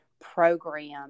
program